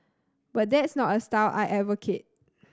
but that's not a style I advocate